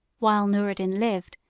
while noureddin lived,